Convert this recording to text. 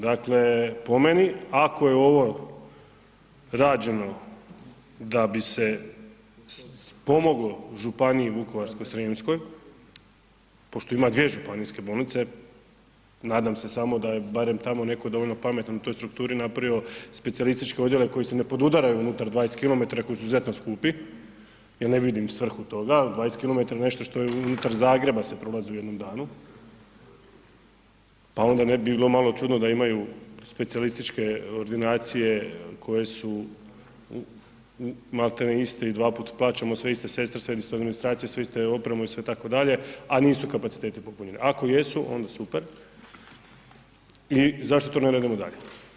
Dakle po meni ako je ovo rađeno da bi se pomoglo županiji Vukovarsko-srijemskoj pošto ima dvije županijske bolnice, nadam se samo da je barem tamo neko dovoljno pametan u toj strukturi napravio specijalističke odjele koji se ne podudaraju unutar 20km koji su izuzetno skupi, jel ne vidim svrhu toga, 20km nešto što se unutar Zagreba prelazi u jednom danu, pa bi bilo malo čudno da imaju specijalističke ordinacije koje su maltene iste i dva puta plaćamo sve iste sestre, svu istu administraciju, istu opremu itd., a nisu kapaciteti popunjeni, ako jesu onda super i zašto to ne radimo dalje.